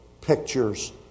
pictures